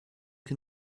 can